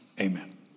amen